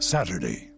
Saturday